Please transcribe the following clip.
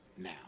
Now